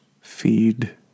Feed